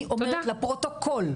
אני אומרת לפרוטוקול.